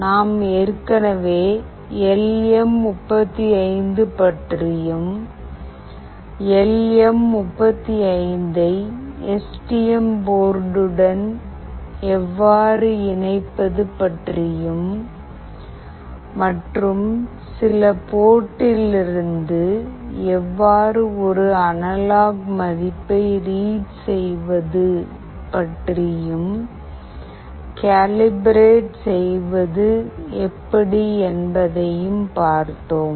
நாம் ஏற்கனவே L M 35 பற்றியும் L M 35 I S T M போர்டுடன் உடன் எவ்வாறு இணைப்பது பற்றியும் மற்றும் சில போர்ட்லிருந்து எவ்வாறு ஒரு அனலாக் மதிப்பை ரீட் செய்வது பற்றியும் கேலிப்ரேட் செய்வது எப்படி என்பதையும் பார்த்தோம்